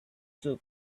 two